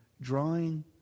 drawing